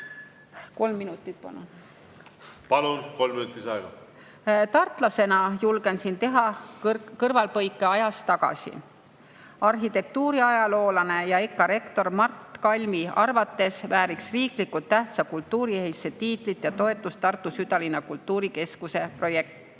kolm minutit lisaaega! Palun, kolm minutit lisaaega! Tartlasena julgen teha kõrvalepõike ajas tagasi. Arhitektuuriajaloolase ja EKA rektori Mart Kalmi arvates vääriks riiklikult tähtsa kultuuriehitise tiitlit ja toetust Tartu südalinna kultuurikeskuse projekt.